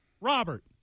Robert